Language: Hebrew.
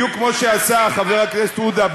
בדיוק כמו שעשה חבר הכנסת עודה,